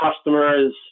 customers